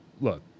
Look